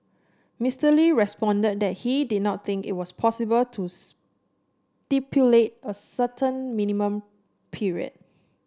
Mister Lee responded that he did not think it was possible to stipulate a certain minimum period